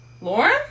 Lauren